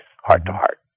heart-to-heart